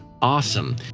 Awesome